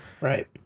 Right